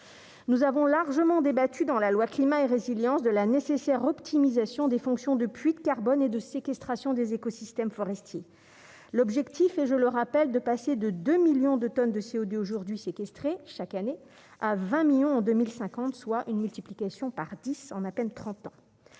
nous avons largement débattu dans la loi climat et résilience de la nécessaire optimisation des fonctions de puits de carbone et de séquestration des écosystèmes forestiers, l'objectif est, je le rappelle, de passer de 2 millions de tonnes de CO2 aujourd'hui séquestrés chaque année à 20 millions en 2050, soit une multiplication par 10 en à peine 30 ans